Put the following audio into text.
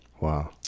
Wow